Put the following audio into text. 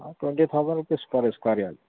ہاں twenty thousand rupees پر square yard